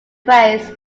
phrase